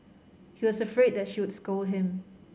he was afraid that she would scold him